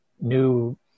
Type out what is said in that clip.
new